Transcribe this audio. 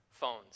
Phones